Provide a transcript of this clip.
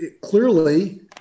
clearly